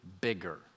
bigger